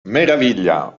meraviglia